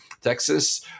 Texas